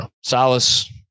solace